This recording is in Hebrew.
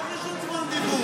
איך יש עוד זמן דיבור?